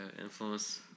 influence